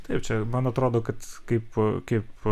taip čia man atrodo kad kaip kaip